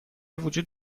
وجود